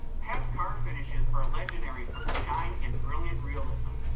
pat's car finishes are legendary for their shine and brilliant realism.